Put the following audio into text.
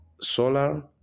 solar